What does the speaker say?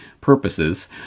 purposes